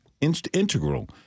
integral